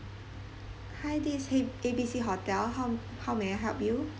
hi this is A B C hotel how how may I help you